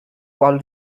paul